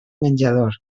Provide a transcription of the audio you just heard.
menjador